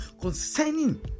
concerning